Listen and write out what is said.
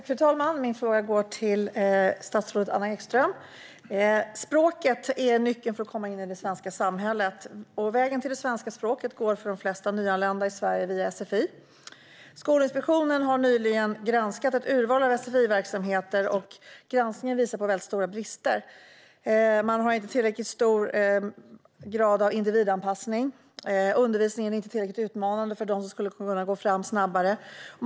Fru talman! Min fråga går till statsrådet Anna Ekström. Språket är nyckeln för att komma in i det svenska samhället. Vägen till det svenska språket går för de flesta nyanlända i Sverige via sfi. Skolinspektionen har nyligen granskat ett urval sfi-verksamheter. Granskningen visar på väldigt stora brister. Man har inte tillräckligt hög grad av individanpassning. Undervisningen är inte tillräckligt utmanande för dem som skulle kunna gå fram snabbare.